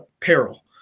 Peril